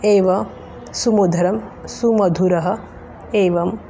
एव सुमुधरं सुमधुरः एवं